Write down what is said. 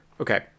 okay